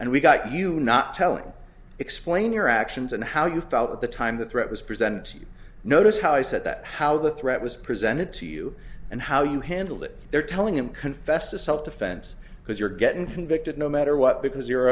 and we got you not telling explain your actions and how you felt at the time the threat was present you notice how i said that how the threat was presented to you and how you handled it they're telling him confess to self defense because you're getting convicted no matter what because you're